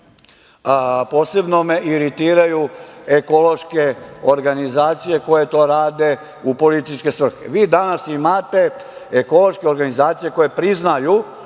posebno me iritiraju ekološke organizacije koje to rade u političke svrhe. Vi danas imate ekološke organizacije koje priznaju